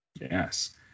Yes